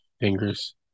fingers